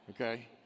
okay